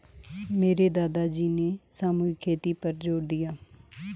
मेरे दादाजी ने सामूहिक खेती पर जोर दिया है